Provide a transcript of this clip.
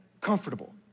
comfortable